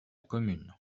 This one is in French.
commune